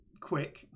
quick